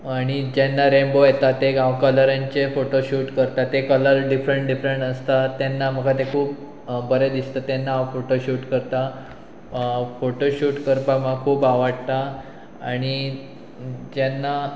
आनी जेन्ना रेंबो येता ते हांव कलरांचे फोटो शूट करता ते कलर डिफरंट डिफरंट आसता तेन्ना म्हाका तें खूब बरें दिसता तेन्ना हांव फोटो शूट करता फोटोशूट करपाक म्हाका खूब आवडटा आनी जेन्ना